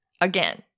again